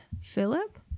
Philip